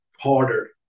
harder